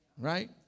Right